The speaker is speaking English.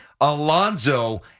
Alonzo